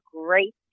great